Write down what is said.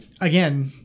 again